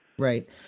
Right